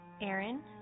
Aaron